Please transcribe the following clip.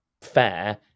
fair